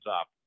up